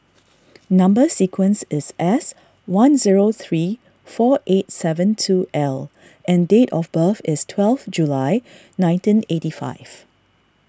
Number Sequence is S one zero three four eight seven two L and date of birth is twelve July nineteen eighty five